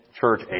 Church